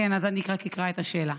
אקרא רק את השאלה.